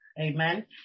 amen